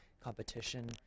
competition